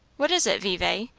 what is it, vevay?